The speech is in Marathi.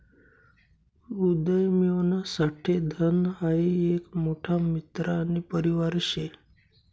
उदयमियोना साठे धन हाई एक मोठा मित्र आणि परिवार शे